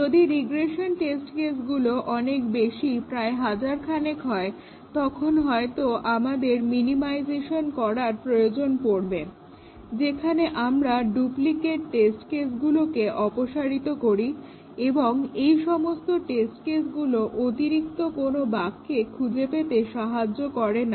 যদি রিগ্রেশন টেস্টগুলো অনেক বেশি প্রায় হাজার খানেক হয় তখন হয়তো আমাদের মিনিমাইজেশন করার প্রয়োজন পড়বে যেখানে আমরা ডুপ্লিকেট টেস্ট কেসগুলোকে অপসারিত করি এবং এই সমস্ত টেস্ট কেসগুলো অতিরিক্ত কোন বাগকে খুঁজে পেতে সাহায্য করে না